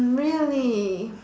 really